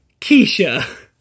Keisha